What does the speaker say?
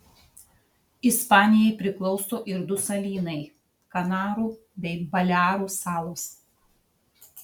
ispanijai priklauso ir du salynai kanarų bei balearų salos